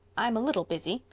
i'm a little busy.